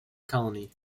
colony